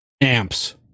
Amps